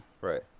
Right